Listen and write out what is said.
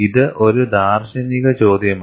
ഇത് ഒരു ദാർശനിക ചോദ്യമാണ്